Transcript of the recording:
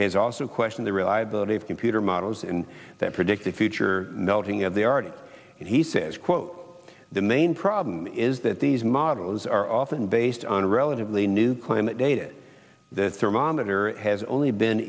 has also question the reliability of computer models in that predict the future melting of the arctic and he says quote the main problem is that these models are often based on a relatively new climate data the thermometer has only been